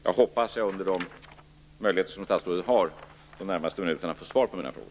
Jag hoppas att statsrådet under de närmaste minuterna har möjlighet att ge svar på mina frågor.